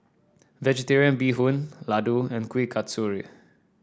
vegetarian Bee Hoon Laddu and Kuih Kasturi